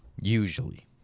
Usually